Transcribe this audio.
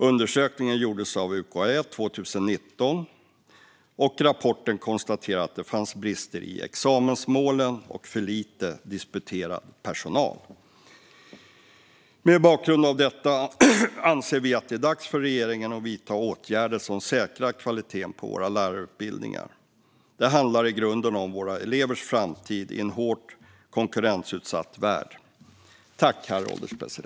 Undersökningen gjordes av UKÄ 2019, och rapporten konstaterade att det fanns brister i examensmålen och för lite disputerad personal. Mot bakgrund av detta anser vi att det är dags för regeringen att vidta åtgärder som säkrar kvaliteten på våra lärarutbildningar. Det handlar i grunden om våra elevers framtid i en hårt konkurrensutsatt värld.